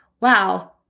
wow